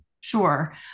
Sure